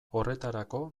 horretarako